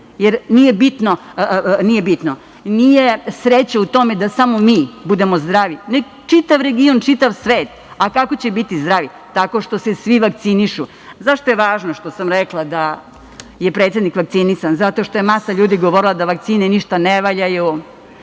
nemaju vakcine, jer nije sreća u tome da samo mi budemo zdravi, već čitav region, čitav svet. A kako će biti zdravi? Tako što se svi vakcinišu.Zašto je važno što sam rekla da je predsednik vakcinisan? Zato što je masa ljudi govorila da vakcine ništa ne valjaju,